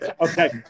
Okay